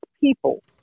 people